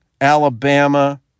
Alabama